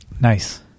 nice